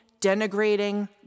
denigrating